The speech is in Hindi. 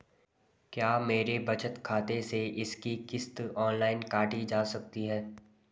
क्या मेरे बचत खाते से इसकी किश्त ऑनलाइन काटी जा सकती है?